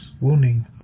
wounding